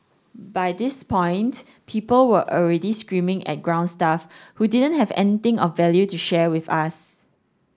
by this point people were already screaming at ground staff who didn't have anything of value to share with us